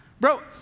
bro